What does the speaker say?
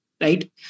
Right